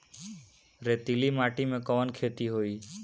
रेतीली माटी में कवन खेती होई?